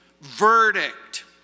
verdict